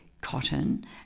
cotton